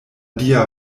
dia